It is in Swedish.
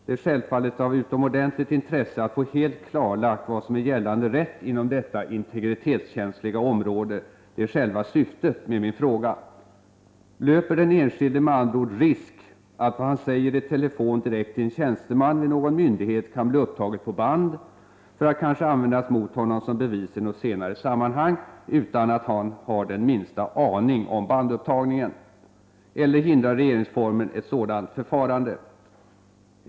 Det är självfallet av utomordentligt intresse att få helt klarlagt vad som är gällande rätt inom detta integritetskänsliga område — det är själva syftet med min fråga. Löper den enskilde med andra ord risk att vad han säger i telefon direkt till en tjänsteman vid någon myndighet kan bli upptaget på band, för att kanske användas mot honom som bevis i något senare sammanhang, utan att han har den minsta aning om bandupptagningen, eller hindrar regeringsformen ett sådant förfarande?